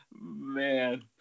Man